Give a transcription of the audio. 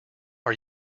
are